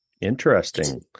interesting